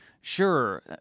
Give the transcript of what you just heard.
Sure